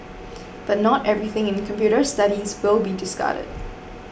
but not everything in computer studies will be discarded